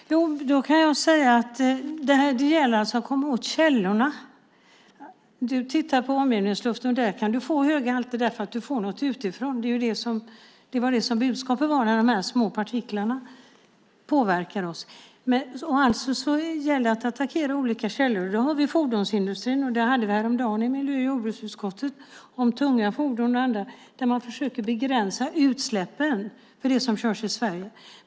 Herr talman! Då kan jag säga att det alltså gäller att komma åt källorna. Du tittar på omgivningsluften, och där kan du få höga halter därför att du får något utifrån. Det var ju det som var budskapet, att de små partiklarna påverkar oss. Alltså gäller det att attackera olika källor. Vi har fordonsindustrin. I miljö och jordbruksutskottet diskuterade vi häromdagen tunga fordon och andra fordon där man försöker begränsa utsläppen från dem som körs i Sverige.